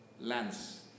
lands